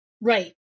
Right